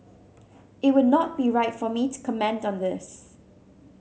it would not be right for me to comment on this